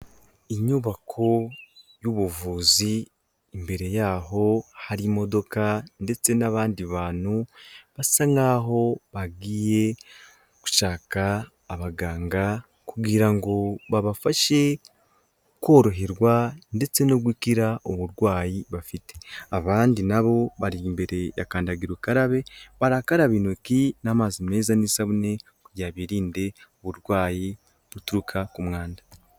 Inyubako y'ubuvuzi, imbere y'aho hari imodoka ndetse n'abandi bantu basa nk'aho bagiye gushaka abaganga kugira ngo babafashe koroherwa ndetse no gukira uburwayi bafite. Abandi na bo bari imbere ya kandagira ukarabe, barakaraba intoki n'amazi meza n'isabune kugira birinde uburwayi buturuka ku mwanda.